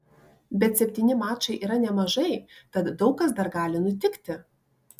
bet septyni mačai yra nemažai tad daug kas dar gali nutikti